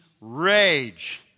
rage